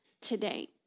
today